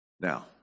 Now